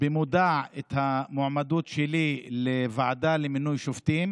במודע את המועמדות שלי לוועדה למינוי שופטים